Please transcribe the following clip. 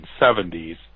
1970s